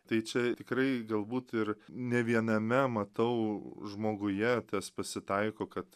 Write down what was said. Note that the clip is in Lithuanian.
tai čia tikrai galbūt ir ne viename matau žmoguje tas pasitaiko kad